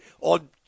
on